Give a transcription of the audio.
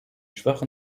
schwach